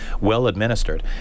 well-administered